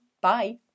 Bye